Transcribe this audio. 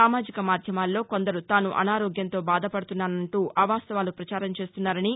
సామాజిక మాధ్యమాల్లో కొందరు తాను అనారోగ్యంతో బాధపదుతున్నానంటూ అవాస్తవాలు ప్రచారం చేస్తున్నారని